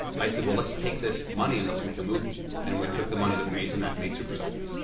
i said, well let's take this money and let's make a movie. and we took the money that we made from that and made supersize me.